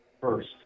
first